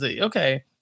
Okay